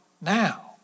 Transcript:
now